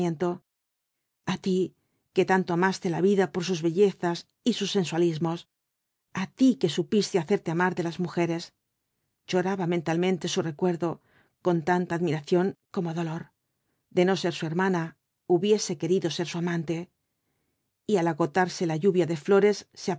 a ti que tanto amaste la vida por sus bellezas y sus sensualismos a ti que supiste hacerte amar de las mujeres lloraba mentalmente su recuerdo con tanta admiración como dolor de no ser su hermana hubiese querido ser su amante y al agotarse la lluvia de flores